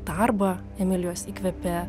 darbą emilijos įkvėpė